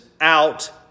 out